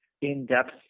in-depth